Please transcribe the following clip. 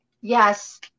Yes